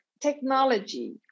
technology